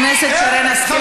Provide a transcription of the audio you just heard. חברת הכנסת שרן השכל,